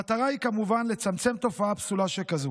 המטרה היא, כמובן, לצמצם תופעה פסולה שכזאת.